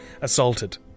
assaulted